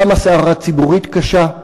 קמה סערה ציבורית קשה.